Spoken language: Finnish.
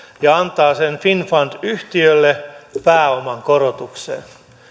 ja antaa sen finnfund yhtiölle pääoman korotukseen